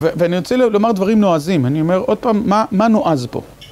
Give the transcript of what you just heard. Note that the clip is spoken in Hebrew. ואני רוצה לומר דברים נועזים, אני אומר עוד פעם, מה נועז פה?